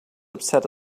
upset